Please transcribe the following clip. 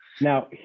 Now